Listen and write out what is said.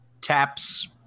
taps